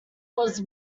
was